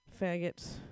Faggots